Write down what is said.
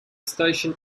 station